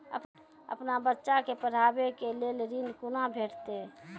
अपन बच्चा के पढाबै के लेल ऋण कुना भेंटते?